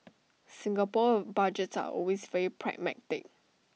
Singapore Budgets are always very pragmatic